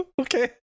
Okay